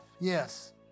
yes